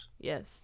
Yes